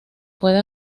puede